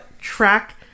track